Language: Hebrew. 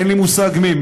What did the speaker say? אין לי מושג מי,